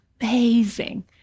Amazing